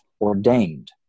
ordained